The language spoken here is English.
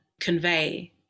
convey